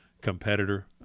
competitor